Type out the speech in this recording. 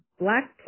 Black